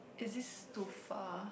is this too far